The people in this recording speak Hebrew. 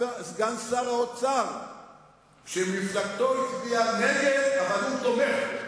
סגן שר האוצר שמפלגתו הצביעה נגד אבל הוא תומך בו?